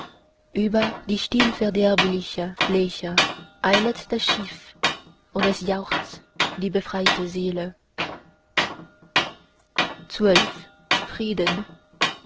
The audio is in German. über die stillverderbliche fläche eilet das schiff und es jauchzt die befreite seele xii frieden